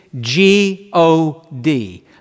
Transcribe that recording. G-O-D